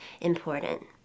important